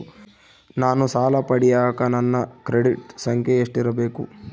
ನಾನು ಸಾಲ ಪಡಿಯಕ ನನ್ನ ಕ್ರೆಡಿಟ್ ಸಂಖ್ಯೆ ಎಷ್ಟಿರಬೇಕು?